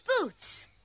boots